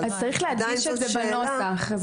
צריך להדגיש את זה בנוסח.